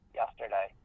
yesterday